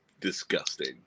disgusting